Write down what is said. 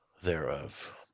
thereof